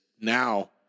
now